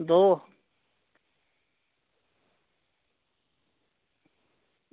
दो